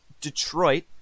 Detroit